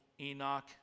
Enoch